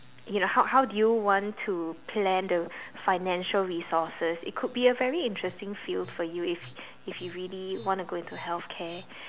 you know how how do you want to plan the financial resources it could be a very interesting field for you if if you really want to go into healthcare